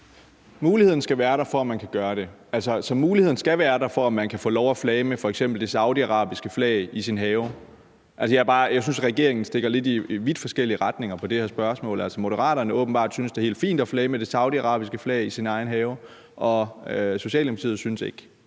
muligheden skal være der for, at man kan få lov til flage med f.eks. det saudiarabiske flag i sin have? Altså, jeg synes, at regeringen stikker lidt i vidt forskellige retninger i det her spørgsmål. Moderaterne synes altså åbenbart, at det er helt fint at flage med det saudiarabiske flag i sin egen have, og Socialdemokratiet synes det